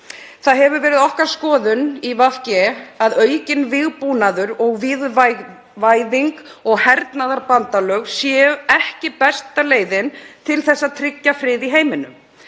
Það hefur verið okkar skoðun í VG að aukinn vígbúnaður og vígvæðing og hernaðarbandalög séu ekki besta leiðin til að tryggja frið í heiminum.